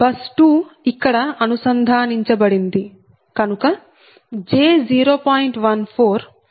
bus 2 ఇక్కడ అనుసంధానించబడింది కనుక j0